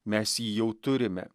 mes jį jau turime